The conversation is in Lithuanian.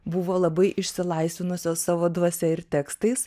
buvo labai išsilaisvinusios savo dvasia ir tekstais